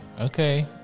Okay